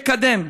לקדם,